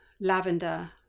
lavender